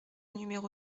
numéro